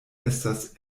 estas